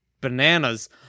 bananas